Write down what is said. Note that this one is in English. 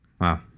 Wow